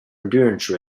endurance